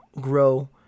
grow